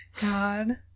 God